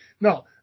No